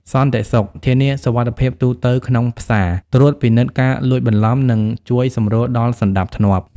សន្តិសុខ ធានាសុវត្ថិភាពទូទៅក្នុងផ្សារ ត្រួតពិនិត្យការលួចបន្លំ និងជួយសម្រួលដល់សណ្តាប់ធ្នាប់។